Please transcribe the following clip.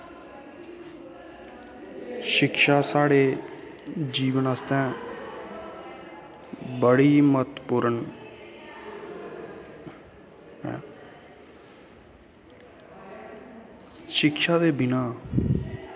शिक्षा साढ़े जीवन आस्तै बड़ा महत्वपूर्ण ऐ शिक्षा दे बिना